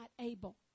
able